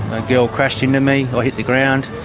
a girl crashed into me, i hit the ground,